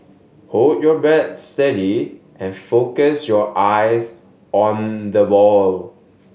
hold your bat steady and focus your eyes on the ball